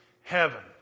heaven